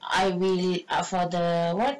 I will err for the what